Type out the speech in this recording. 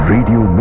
Radio